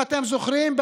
אם אתם זוכרים,